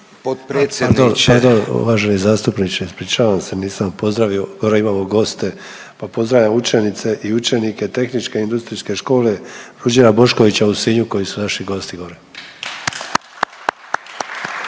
A pardon, pardon uvaženi zastupniče ispričavam se nisam pozdravio gore imamo goste pa pozdravljam učenike i učenice Tehničke industrijske škole Ruđera Boškovića u Sinju koji su naši gosti gore.